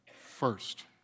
first